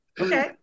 okay